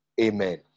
Amen